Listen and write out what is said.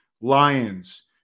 lions